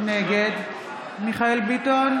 נגד מיכאל מרדכי ביטון,